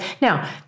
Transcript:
Now